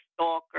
stalker